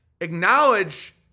Acknowledge